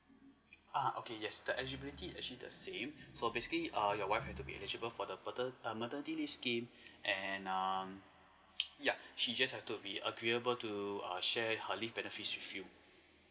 uh okay yes the eligibility actually the same so basically err your wife has to be eligible for the pater~ err maternity leave scheme and um yeah she just has to be agreeable to err share her leave benefits with you